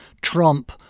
Trump